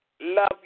love